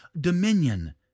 dominion